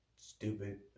stupid